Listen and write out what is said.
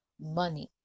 money